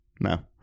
No